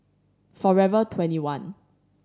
Forever Twenty one